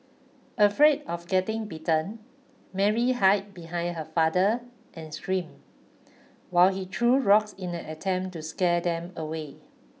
afraid of getting bitten Mary hid behind her father and screamed while he threw rocks in an attempt to scare them away